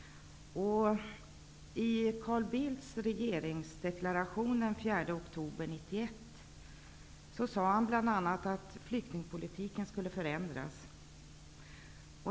1991 sade han bl.a. att flyktingpolitiken skulle förändras.